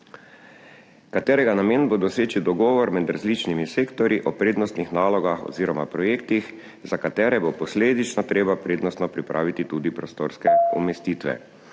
katerega namen bo doseči dogovor med različnimi sektorji o prednostnih nalogah oziroma projektih, za katere bo posledično treba prednostno pripraviti tudi prostorske umestitve.